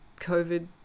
covid